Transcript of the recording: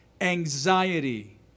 anxiety